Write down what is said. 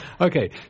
Okay